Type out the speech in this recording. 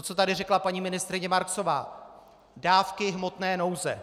Co tady řekla paní ministryně Marksová, dávky hmotné nouze.